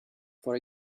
for